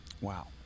Wow